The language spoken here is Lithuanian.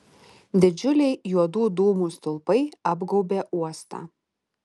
didžiuliai juodų dūmų stulpai apgaubė uostą